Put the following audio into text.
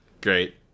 Great